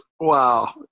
Wow